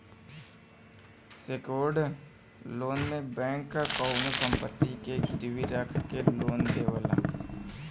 secured loan में bank कउनो संपत्ति के गिरवी रखके लोन देवला